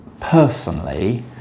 Personally